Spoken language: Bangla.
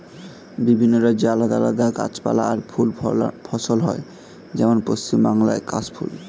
বিভিন্ন রাজ্যে আলাদা আলাদা গাছপালা আর ফুল ফসল হয়, যেমন পশ্চিম বাংলায় কাশ ফুল